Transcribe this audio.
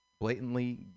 Blatantly